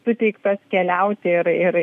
suteiktos keliauti ir